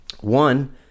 One